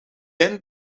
end